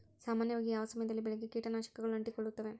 ಸಾಮಾನ್ಯವಾಗಿ ಯಾವ ಸಮಯದಲ್ಲಿ ಬೆಳೆಗೆ ಕೇಟನಾಶಕಗಳು ಅಂಟಿಕೊಳ್ಳುತ್ತವೆ?